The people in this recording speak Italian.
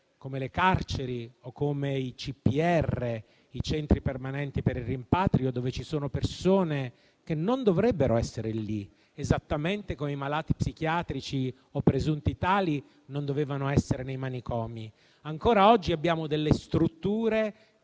come le carceri o i centri permanenti per il rimpatrio (CPR) dove ci sono persone che non dovrebbero essere lì, esattamente come i malati psichiatrici, o presunti tali, non dovevano essere nei manicomi. Ancora oggi abbiamo delle strutture